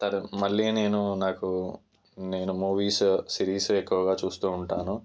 తర్ మళ్ళీ నేను నాకు నేను మూవీస్ సిరీస్ ఎక్కువగా చూస్తూ ఉంటాను